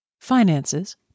finances